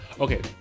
Okay